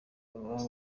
baba